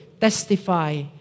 testify